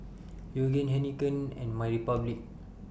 Yoogane Heinekein and My Republic